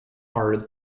are